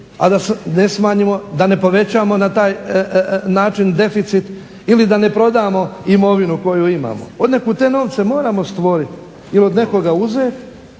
to i namiriti a da ne povećavamo na taj način deficit ili da ne prodamo imovinu koju imamo. Od nekud te novce moramo stvoriti ili od nekoga uzeti